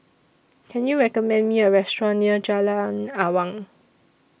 Can YOU recommend Me A Restaurant near Jalan Awang